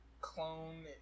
clone